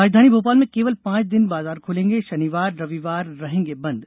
राजधानी भोपाल में केवल पांच दिन बाजार खुलेंगे शनिवार रविवार रहेंगे बंद